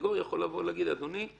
שהסנגור יכול להגיד: אדוני,